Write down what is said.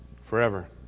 Forever